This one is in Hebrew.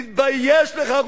תתבייש לך,